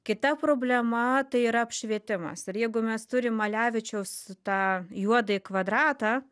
kita problema tai yra apšvietimas ir jeigu mes turim malevičiaus tą juodąjį kvadratą